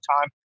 time